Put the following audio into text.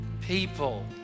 people